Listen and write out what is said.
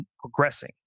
progressing